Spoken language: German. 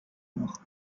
noch